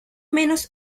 menos